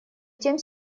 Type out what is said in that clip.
тем